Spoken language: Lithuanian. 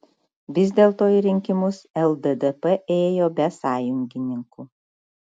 vis dėlto į rinkimus lddp ėjo be sąjungininkų